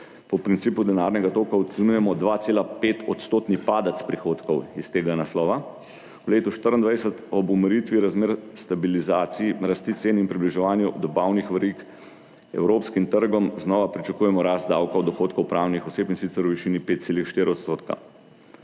po principu denarnega toka ocenjujemo 2,5 % padec prihodkov iz tega naslova. V letu 2024 ob umiritvi razmer, stabilizaciji rasti cen in približevanju dobavnih verig evropskim trgom znova pričakujemo rast davka od dohodkov pravnih oseb, in sicer v višini 5,4 %.